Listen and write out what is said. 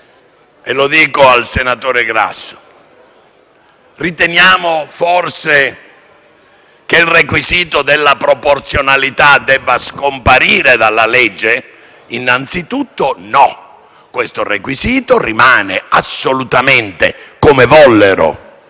Lo dico al senatore Grasso. Riteniamo forse che il requisito della proporzionalità debba scomparire dalla legge? No, questo requisito rimane assolutamente, come vollero